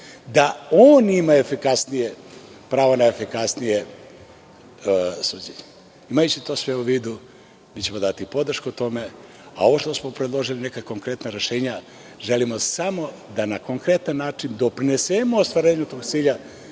da on ima pravo na efikasnije suđenje. Imajući sve to u vidu, mi ćemo dati podršku tome, a ovo što smo predložili, neka konkretna rešenja, želimo samo da na konkretan način doprinesemo ostvarenju tog cilja,